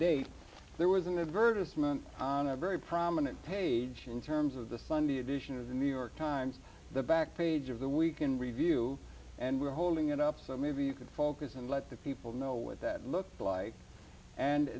date there was an advertisement on a very prominent page in terms of the sunday edition of the new york times the back page of the week in review and we're holding it up so maybe you could focus and let the people know what that looks like and